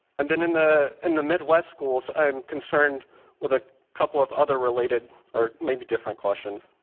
and then in the in the midwest schools, i'm concerned with a couple of other related, or maybe different, questions.